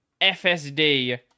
FSD